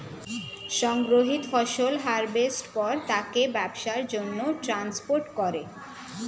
সংগৃহীত ফসল হারভেস্টের পর তাকে ব্যবসার জন্যে ট্রান্সপোর্ট করে